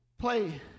play